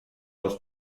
los